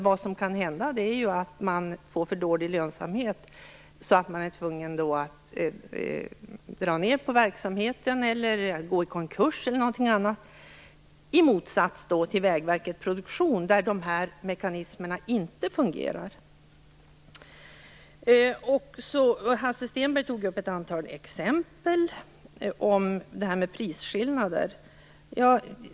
Vad som kan hända är att det blir för dålig lönsamhet så att man blir tvungen att dra ned på verksamheten eller gå i konkurs, i motsats mot vad som gäller för Vägverket Produktion där dessa mekanismer inte fungerar. Hans Stenberg tog upp ett antal exempel på detta med prisskillnader.